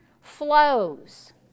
flows